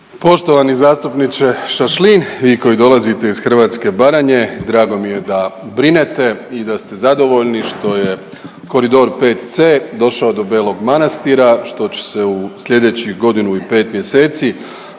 Poštovani zastupniče Šašlin, vi koji dolazite iz hrvatske Baranje, drago mi je da brinete i da ste zadovoljni što je koridor 5C došao do Belog Manastira, što će se u slijedećih godinu i 5 mjeseci